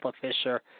Fisher